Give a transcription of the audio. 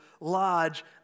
large